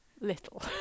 little